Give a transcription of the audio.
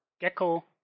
gecko